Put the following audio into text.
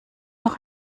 noch